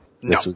No